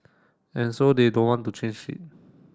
and so they don't want to change it